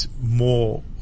more